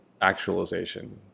actualization